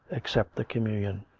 except the communion.